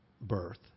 birth